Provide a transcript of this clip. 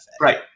Right